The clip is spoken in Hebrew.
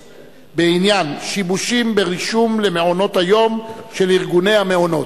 בעניין: שיבושים ברישום למעונות-היום של ארגוני המעונות.